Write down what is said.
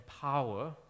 power